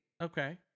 Okay